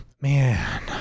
Man